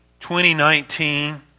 2019